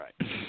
right